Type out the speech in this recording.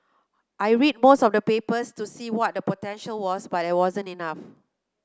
I read most of the papers to see what the potential was but there wasn't enough